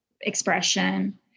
expression